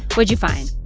what'd you find?